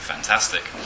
Fantastic